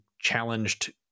challenged